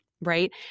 right